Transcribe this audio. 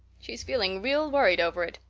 she's feeling real worried over it.